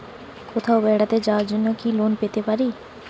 কোথাও বেড়াতে যাওয়ার জন্য কি লোন পেতে পারি?